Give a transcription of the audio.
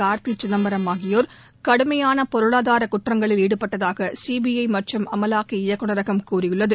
கார்த்தி சிதம்பரம் ஆகியோர் கடுமையான பொருளாதார குற்றங்களில் ஈடுபட்டதாக சீபிஐ மற்றும் அமலாக்க இயக்குநரகம் கூறியுள்ளது